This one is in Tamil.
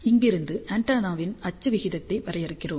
இங்கிருந்து ஆண்டெனாவின் அச்சு விகிதத்தை வரையறுக்கிறோம்